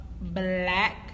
Black